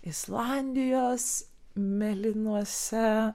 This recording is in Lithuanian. islandijos mėlynuose